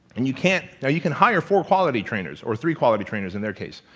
and you can't now you can hire four quality trainers, or three quality trainers in their case,